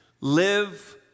live